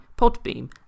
Podbeam